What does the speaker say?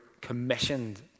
commissioned